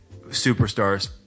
superstars